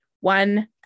One